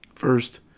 First